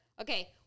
Okay